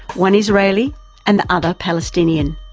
one israeli and the other palestinian.